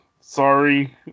Sorry